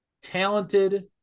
talented